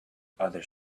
others